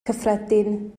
cyffredin